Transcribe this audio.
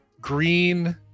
green